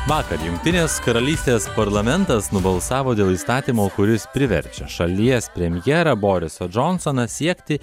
vakar jungtinės karalystės parlamentas nubalsavo dėl įstatymo kuris priverčia šalies premjerą borisą džonsoną siekti